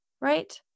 right